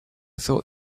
thought